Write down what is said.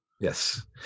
Yes